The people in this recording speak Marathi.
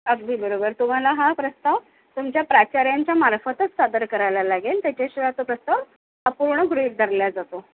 अगदी बरोबर तुम्हाला हा प्रस्ताव तुमच्या प्राचर्यांच्या मार्फतच सादर करायला लागेल त्याच्याशिवाय तो प्रस्ताव अपूर्ण गृहीत धरला जातो